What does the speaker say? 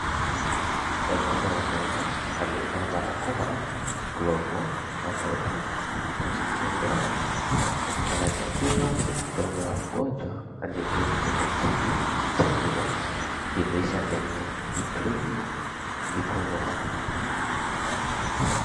Daktari wa meno aliyevaa barakoa, glovu na koti kujikinga, anachukuza mdomo wa mgonjwa aliyeketi kwenye kiti cha tiba, dirisha lenye grill liko nyuma.